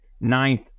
ninth